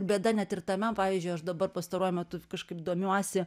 bėda net ir tame pavyzdžiui aš dabar pastaruoju metu kažkaip domiuosi